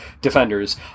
defenders